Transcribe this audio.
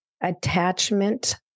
attachment